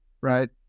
right